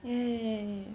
ya ya ya ya